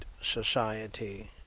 Society